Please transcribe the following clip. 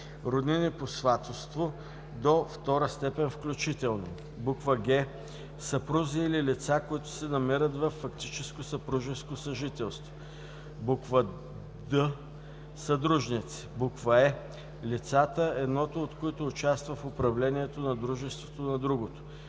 роднини по сватовство – до втора степен включително; г) съпрузи или лица, които се намират във фактическо съпружеско съжителство; д) съдружници; е) лицата, едното от които участва в управлението на дружеството на другото;